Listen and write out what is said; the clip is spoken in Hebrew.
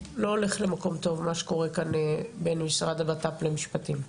הולך למקום טוב מה שקורה כאן בין משרד הבט"פ למשפטים,